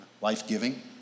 Life-giving